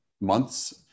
months